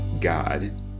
God